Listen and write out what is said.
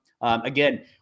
Again